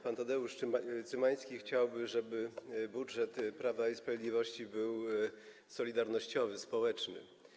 Pan Tadeusz Cymański chciałby, żeby budżet Prawa i Sprawiedliwości był solidarnościowy, społeczny.